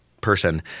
person